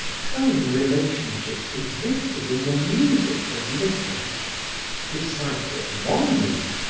tone relationships existed in the music of liquors to cite but one note,